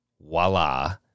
voila